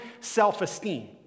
self-esteem